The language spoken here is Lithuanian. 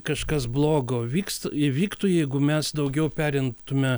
kažkas blogo vykst įvyktų jeigu mes daugiau perimtume